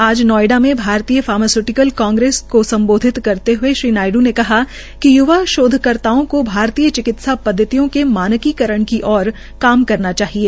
आज नोएडा में आज भारतीय फॉर्मास्युटिकल कांग्रेस को संबोधित करते हए श्री नायड् ने कहा कि य्वा शोधकर्ताओं में भारतीय चिकित्सा पदवितयों के मानकीकरण की ओर काम करना चाहिए